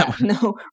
No